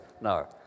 No